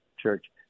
Church